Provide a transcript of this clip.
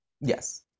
yes